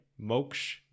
Moksh